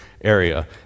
area